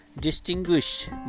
Distinguish